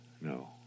no